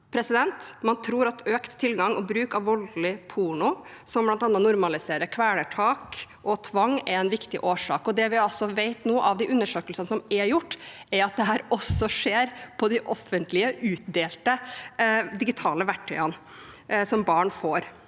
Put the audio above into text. er jenter. Man tror at økt tilgang og bruk av voldelig porno, som bl.a. normaliserer kvelertak og tvang, er en viktig årsak. Det vi vet etter de undersøkelsene som er gjort, er at dette også skjer på offentlig utdelte digitale verktøy barn får.